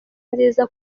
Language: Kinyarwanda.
nziza